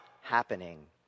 happening